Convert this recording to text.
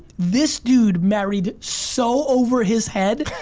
this dude married so over his head,